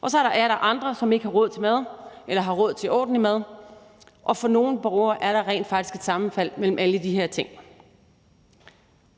Og så er der atter andre, som ikke har råd til mad eller ikke har råd til ordentlig mad, og for nogle borgere er der rent faktisk et sammenfald mellem alle de her ting.